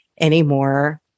anymore